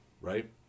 Right